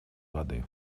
воды